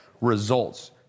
results